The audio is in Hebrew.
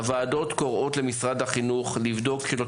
הוועדות קוראות למשרד החינוך לבדוק שלא